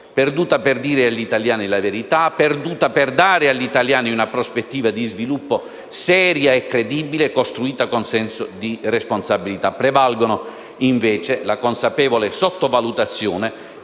perduta per dire agli italiani la verità e per dare loro una prospettiva di sviluppo seria e credibile, costruita con senso di responsabilità. Prevalgono invece la consapevole sottovalutazione